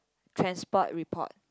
transport report